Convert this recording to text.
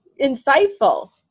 insightful